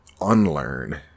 unlearn